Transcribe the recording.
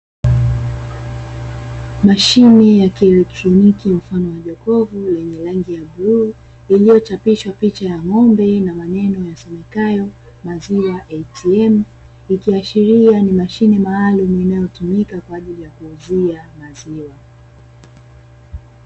Mashine ya kielektroniki mfano wa jokofu lenye rangi ya buluu, iliyochapishwa picha ya ng'ombe na maneno yasomekayo maziwa eitiemu, ikiashiria ni mashine maalumu inayotumika kwa ajili ya kuuzia maziwa.